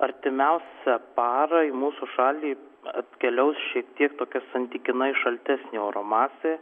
artimiausią parą į mūsų šalį atkeliaus šiek tiek tokia santykinai šaltesnė oro masė